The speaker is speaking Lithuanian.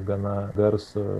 gana garsų